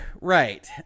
right